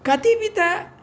कतिविधानि